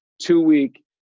two-week